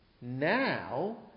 Now